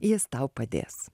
jis tau padės